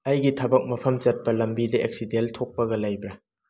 ꯑꯩꯒꯤ ꯊꯕꯛ ꯃꯐꯝ ꯆꯠꯄ ꯂꯝꯕꯤꯗ ꯑꯦꯛꯁꯤꯗꯦꯟ ꯊꯣꯛꯄꯒ ꯂꯩꯕ꯭ꯔꯥ